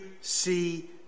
see